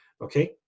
okay